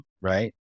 right